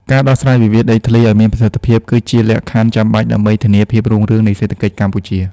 ការដោះស្រាយវិវាទដីធ្លីឱ្យមានប្រសិទ្ធភាព គឺជាលក្ខខណ្ឌចាំបាច់ដើម្បីធានាភាពរុងរឿងនៃសេដ្ឋកិច្ចកម្ពុជា។